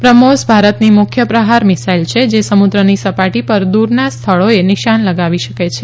બ્રહ્મોસ ભારતની મુખ્ય પ્રહાર મિસાઈલ છે જે સમુદ્રની સપાટી પર દૂરના સ્થળોને નિશાન લગાવી શકે છે